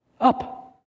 Up